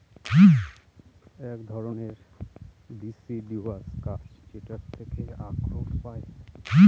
এক ধরনের ডিসিডিউস গাছ যেটার থেকে আখরোট পায়